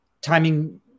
Timing